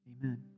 Amen